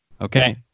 Okay